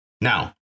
Now